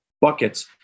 buckets